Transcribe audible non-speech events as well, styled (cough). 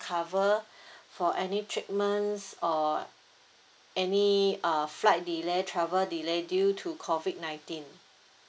cover (breath) for any treatments or any uh flight delay travel delay due to COVID nineteen